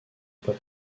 pas